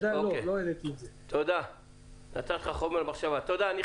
תודה רבה.